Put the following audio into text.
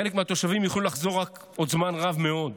חלק מהתושבים יוכלו לחזור רק עוד זמן רב מאוד.